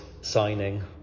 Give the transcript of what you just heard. signing